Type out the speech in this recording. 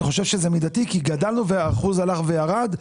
אני חושב שזה מידתי, כי גדלנו והאחוז הלך וירד.